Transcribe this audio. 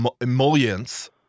emollients